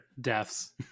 deaths